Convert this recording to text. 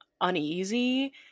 uneasy